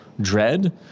dread